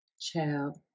Child